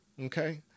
Okay